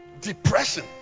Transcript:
depression